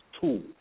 tools